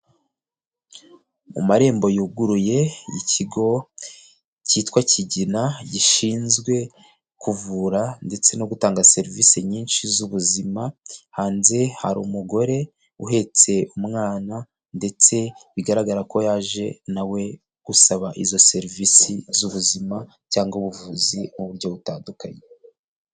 Mu marembo yuguruye ikigo cyitwa Kigina gishinzwe kuvura ndetse no gutanga serivisi nyinshi z'ubuzima hanze hari umugore uhetse umwana ndetse bigaragara ko yaje nawe gusaba izo serivisi z'ubuzima cyangwa ubuvuzi mu buryo butandukanye.